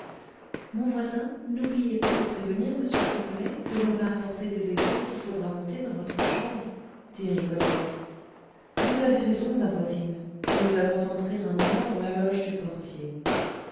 mon voisin n'oubliez pas de prévenir m pipelet que l'on va apporter des effets qu'il faudra monter dans votre chambre dit rigolette vous avez raison ma voisine nous allons entrer un moment dans la loge du portier